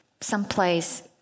someplace